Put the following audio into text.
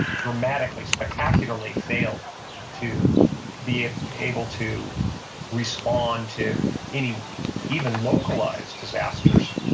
dramatically, spectacularly failed to be able to respond to any even localized disasters.